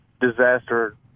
disaster